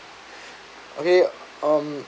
okay um